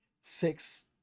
six